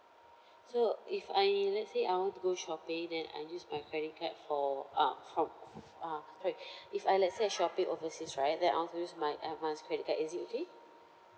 so if I let's say I want to go shopping then I use my credit card for uh from uh sorry if I let's say I shopping overseas right then I want to use my air miles credit card is it okay